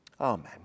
Amen